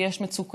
כי יש מצוקה,